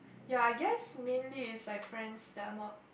ya I guess mainly is like friends that are not